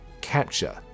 capture